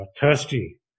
thirsty